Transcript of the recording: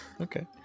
Okay